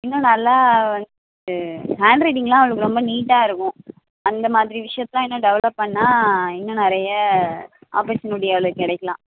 இன்னும் நல்லா ஹேண்ட்ரைட்டிங்கெலாம் அவளுக்கு ரொம்ப நீட்டாக இருக்கும் அந்த மாதிரி விஷயத்தயெலாம் இன்னும் டெவலப் பண்ணால் இன்னும் நிறைய ஆப்பர்சுனட்டி அவளுக்கு கிடைக்கலாம்